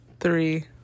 Three